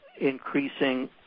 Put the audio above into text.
increasing